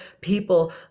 people